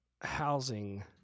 housing